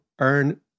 earn